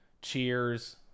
cheers